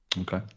Okay